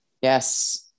Yes